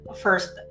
first